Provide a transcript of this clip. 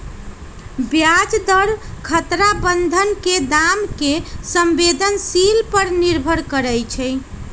ब्याज दर खतरा बन्धन के दाम के संवेदनशील पर निर्भर करइ छै